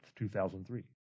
2003